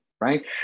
right